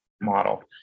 model